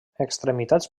extremitats